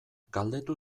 galdetu